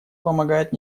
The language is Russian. помогает